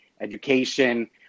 education